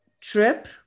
trip